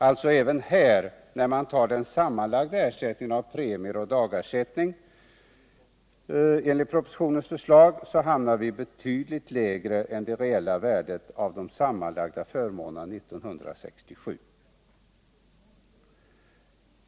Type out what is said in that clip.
Alltså även här, när man tar den sammanlagda ersättningen — premie och dagersättning — enligt propositionens förslag, hamnar vi betydligt lägre än det reella värdet av de sammanlagda förmånerna 1967.